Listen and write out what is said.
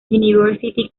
university